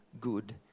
good